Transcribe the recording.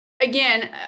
again